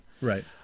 Right